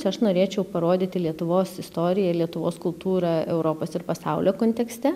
čia aš norėčiau parodyti lietuvos istoriją ir lietuvos kultūrą europos ir pasaulio kontekste